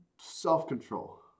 self-control